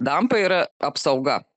dampa yra apsauga